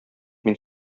мин